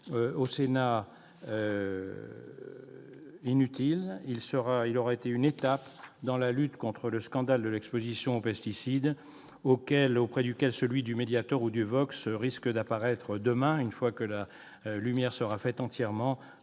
pas été inutile. Il aura constitué une étape de plus dans la lutte contre le scandale de l'exposition aux pesticides, au côté duquel celui du Mediator ou du Vioxx risque d'apparaître, demain, une fois que la lumière sera faite entièrement,